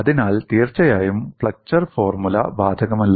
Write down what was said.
അതിനാൽ തീർച്ചയായും flexure formula ബാധകമല്ല